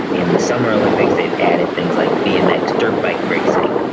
in the summer olympics they've added things like bmx dirt bike racing,